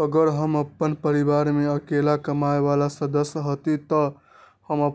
अगर हम अपन परिवार में अकेला कमाये वाला सदस्य हती त हम